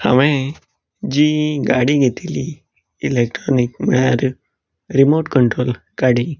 हांवें जी गाडी घेतिल्ली इलेक्ट्रोनिक म्हळ्यार रिमोट कंन्ट्रोल गाडी